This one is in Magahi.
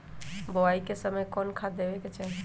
बोआई के समय कौन खाद देवे के चाही?